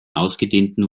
ausgedehnten